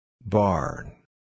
Barn